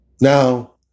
Now